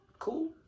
Cool